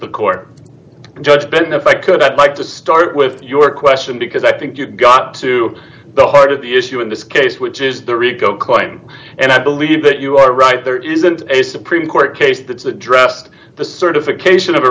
the court judge benefit could i'd like to start with your question because i think you've got to the heart of the issue in this case which is the rico claim and i believe that you are right there isn't a supreme court case that's addressed the certification of a